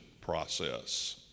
process